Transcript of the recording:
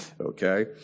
Okay